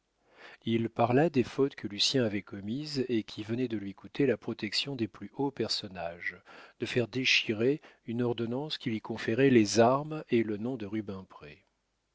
il parla des fautes que lucien avait commises et qui venaient de lui coûter la protection des plus hauts personnages de faire déchirer une ordonnance qui lui conférait les armes et le nom de rubempré